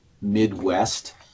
Midwest